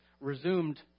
resumed